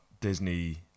Disney